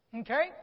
Okay